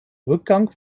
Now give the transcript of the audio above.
rückgang